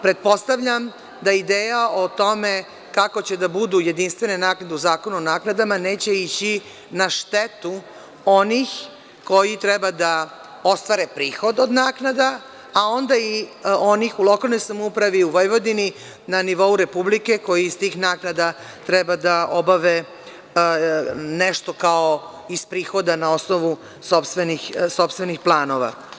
Pretpostavljam da ideja o tome, kako će da budu jedinstvene naknade u Zakonu o naknadama, neće ići na štetu onih koji treba da ostvare prihod od naknada, a onda i onih u lokalnoj samoupravi, u Vojvodini, na nivou Republike koji iz tih naknada treba da obave nešto kao iz prihoda na osnovu sopstvenih planova.